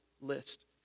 list